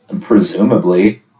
presumably